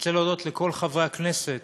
אני רוצה להודות לכל חברי הכנסת